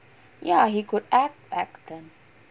ya he could act back then